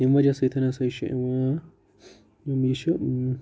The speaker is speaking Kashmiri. تمہِ وَجہ سۭتۍ ہَسا چھُ یِوان یِم یہِ چھُ